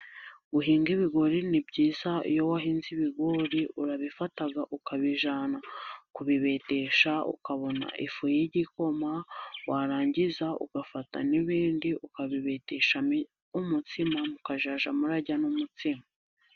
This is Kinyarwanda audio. Guhinge ibigori ni byiza. Iyo wahinze ibigori urabifata ukabijyana kubibetesha, ukabona ifu y'igikoma, warangiza ugafata n'ibindi ukabibetesha mo umutsima, mukazajya murya n'umutsima.